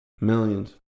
Millions